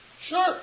Sure